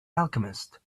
alchemist